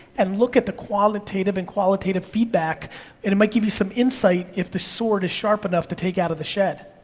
and look at the quantitative and qualitative feedback, and it might give you some insight if the sword is sharp enough to take out of the shed.